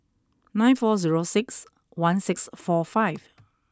nine four zero six one six four five